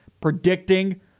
predicting